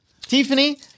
Tiffany